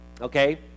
Okay